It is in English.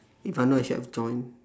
if I know I should have joined